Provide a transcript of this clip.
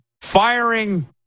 firing